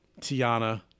Tiana